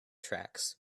tracks